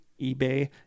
eBay